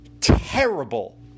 terrible